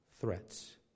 threats